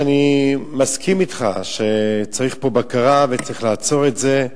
ואני מסכים אתך שצריך פה בקרה וצריך לעצור את זה,